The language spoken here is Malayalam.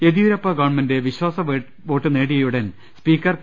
യെദിയൂരപ്പ ഗവൺമെന്റ് വിശ്വാസവോട്ട് നേടിയയുടൻ സ്പീക്കർ കെ